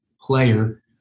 player